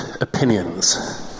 opinions